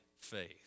faith